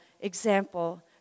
example